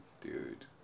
Dude